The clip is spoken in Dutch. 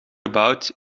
gebouwd